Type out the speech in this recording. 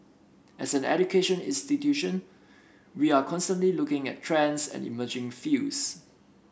as an education institution we are constantly looking at trends and emerging fields